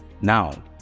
Now